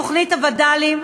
תוכנית הווד"לים,